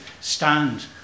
stand